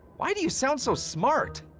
why do you sound so smart?